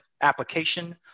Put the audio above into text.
application